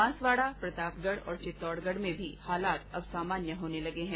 बांसवाडा प्रतापगढ और चित्तौडगढ में भी हालात अब सामान्य होने लगे है